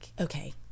okay